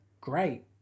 Great